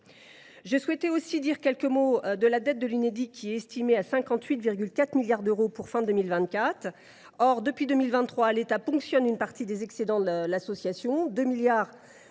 Je souhaite aussi dire quelques mots de la dette de l’Unédic, qui est estimée à 58,4 milliards d’euros fin 2024. Depuis 2023, l’État ponctionne une partie des excédents de l’association : 2 milliards